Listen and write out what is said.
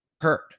hurt